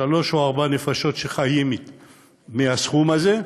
שלוש או ארבע נפשות שחיות מהסכום הזה,